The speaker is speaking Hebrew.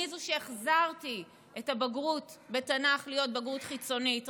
אני זו שהחזרתי את הבגרות בתנ"ך להיות בגרות חיצונית,